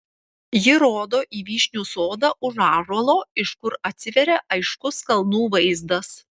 ji rodo į vyšnių sodą už ąžuolo iš kur atsiveria aiškus kalnų vaizdas